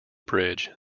bridge